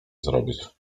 zrobić